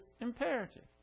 imperative